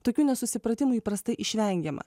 tokių nesusipratimų įprastai išvengiama